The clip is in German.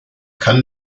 kann